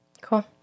Cool